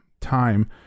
time